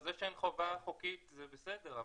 חובה חוקית זה בסדר,